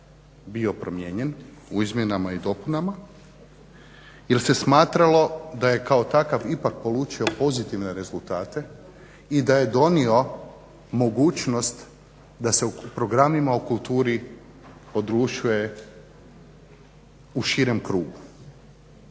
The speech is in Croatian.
bio promijenjen u izmjenama i dopunama jer se smatralo da je takav ipak polučio pozitivne rezultate i da je donio mogućnost da se u programima u kulturi oglašuje u širem krugu.